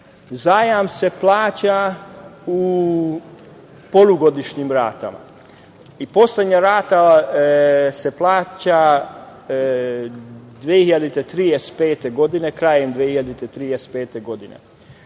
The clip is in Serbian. Zajam se plaća u polugodinjšim ratama i poslednja rata se plaća krajem 2035. godine.